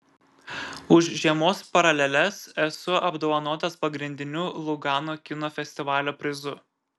už žiemos paraleles esu apdovanotas pagrindiniu lugano kino festivalio prizu